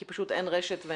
כי פשוט אין רשת.